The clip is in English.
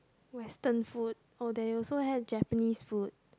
Western food oh they also have Japanese food